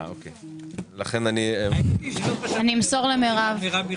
אני אמסור למרב.